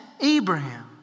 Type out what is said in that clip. Abraham